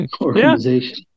organization